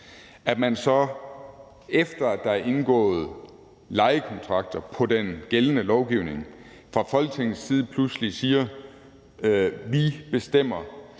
efter at der er indgået lejekontrakter efter den gældende lovgivning, fra Folketingets side pludselig siger, at vi bestemmer,